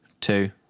two